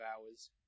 hours